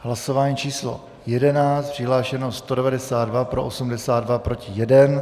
Hlasování číslo 11. Přihlášeno 192, pro 82, proti 1.